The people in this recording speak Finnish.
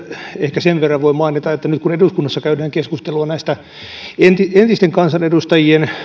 ehkä sen verran voi mainita että nyt kun eduskunnassa käydään keskustelua entisten kansanedustajien